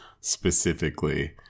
specifically